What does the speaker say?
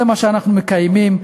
זה מה שאנחנו מקיימים,